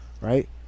Right